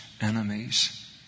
enemies